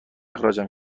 اخراجم